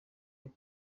haba